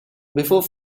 before